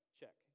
check